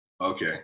okay